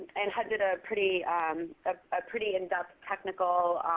and hud did a pretty um ah pretty in depth, technical